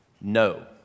no